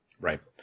Right